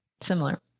Similar